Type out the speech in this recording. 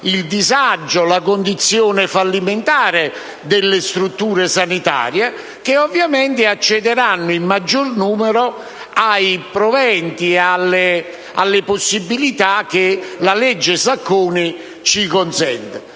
il disagio e la condizione fallimentare delle strutture sanitarie che, ovviamente, accederanno in maggior numero ai proventi e alle possibilità che la cosiddetta legge Sacconi ci consente.